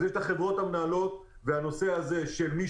אז יש החברות המנהלות והנושא הזה של מי